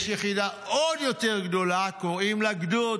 יש יחידה עוד יותר גדולה, קוראים לה גדוד.